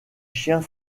chiens